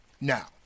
Now